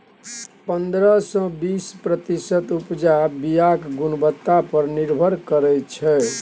पंद्रह सँ बीस प्रतिशत उपजा बीयाक गुणवत्ता पर निर्भर करै छै